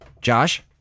Josh